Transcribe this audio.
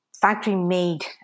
factory-made